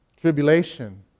tribulation